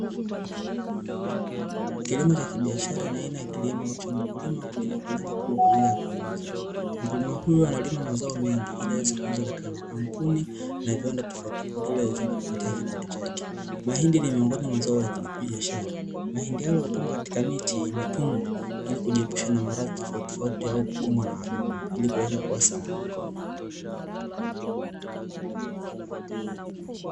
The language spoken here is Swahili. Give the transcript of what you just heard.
Kilimo cha kibiashara ni aina ya kilimo ambacho mkulima hulima kwa lengo kuu kwa ajili ya kuuza, mkulima huyu analima mazao mengi ili aweze kuuza katika makampuni na viwanda tofautitofauti, ili aweze kujipatia kipato chake ,mahindi ni miongoni mwa mazoea la pili la kibiashara mahindi hayo yamepangwa katika miti imetunzwa, ili kujiepusha na maradhi tofauti tofauti au kugongwa na wadudu ili kuweza kuwa salama.